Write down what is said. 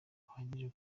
uhagije